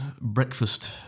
breakfast